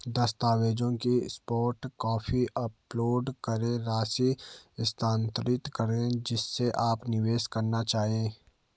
दस्तावेजों की soft copy upload करें, राशि स्थानांतरित करें जिसे आप निवेश करना चाहते हैं